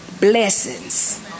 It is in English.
blessings